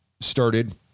started